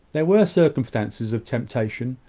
there were circumstances of temptation,